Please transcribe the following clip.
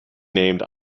named